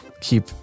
keep